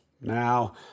Now